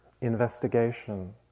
investigation